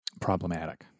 problematic